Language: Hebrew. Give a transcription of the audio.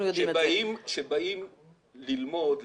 כשבאים ללמוד,